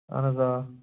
اَہَن حظ آ